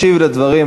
ישיב על הדברים,